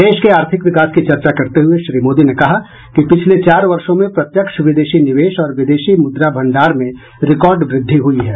देश के आर्थिक विकास की चर्चा करते हुए श्री मोदी ने कहा कि पिछले चार वर्षों में प्रत्यक्ष विदेशी निवेश और विदेशी मुद्रा भंडार में रिकॉर्ड वृद्वि हुई है